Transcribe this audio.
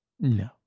No